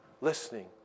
listening